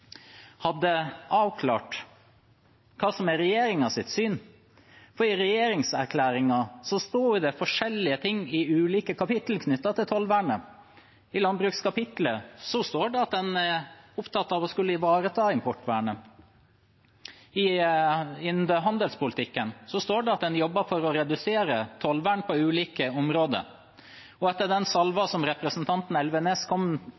hadde avklart hva som er regjeringens syn, for i regjeringserklæringen står det forskjellige ting i ulike kapitler knyttet til tollvernet. I landbrukskapitlet står det at en er opptatt av å skulle ivareta importvernet, innen handelspolitikken står det at en jobber for å redusere tollvern på ulike områder. Etter den salven som representanten Elvenes kom